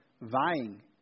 vying